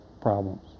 problems